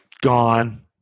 gone